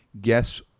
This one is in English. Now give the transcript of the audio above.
guess